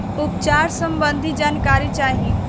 उपचार सबंधी जानकारी चाही?